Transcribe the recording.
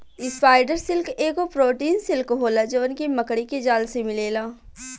spider silk एगो protein silk होला जवन की मकड़ी के जाल से मिलेला